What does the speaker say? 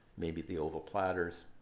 maybe the oval platters.